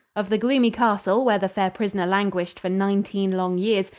of the gloomy castle, where the fair prisoner languished for nineteen long years,